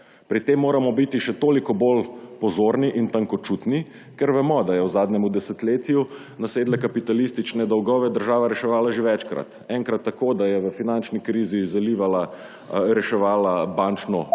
Pri tem moramo biti še toliko bolj pozorni in tankočutni, ker vemo, da je v zadnjem desetletju nasedle kapitalistične dolgove država reševala že večkrat. Enkrat tako, da je v finančni krizi reševala bančno